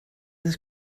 this